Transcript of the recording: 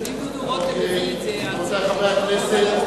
רבותי חברי הכנסת,